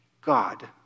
God